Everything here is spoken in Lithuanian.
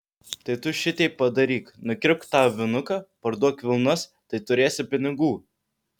tai tu šiteip padaryk nukirpk tą avinuką parduok vilnas tai turėsi pinigų